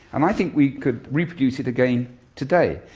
and i think we could reproduce it again today.